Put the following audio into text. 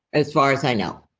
as far as i know.